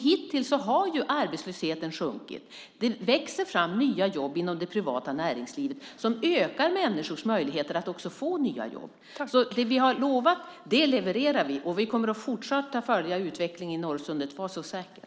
Hittills har ju arbetslösheten sjunkit. Det växer fram nya jobb inom det privata näringslivet som ökar människors möjligheter att få nya jobb. Det vi har lovat levererar vi. Vi kommer att fortsätta att följa utvecklingen i Norrsundet. Var så säker.